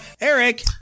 Eric